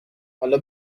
حالا